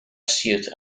suite